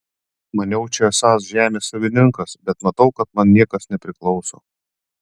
maniau čia esąs žemės savininkas bet matau kad man niekas nepriklauso